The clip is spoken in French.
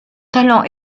talent